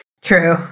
True